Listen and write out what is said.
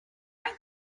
know